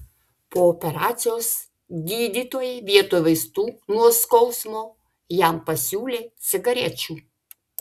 po operacijos gydytojai vietoj vaistų nuo skausmo jam pasiūlė cigarečių